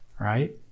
right